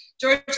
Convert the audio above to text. George